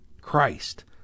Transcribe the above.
Christ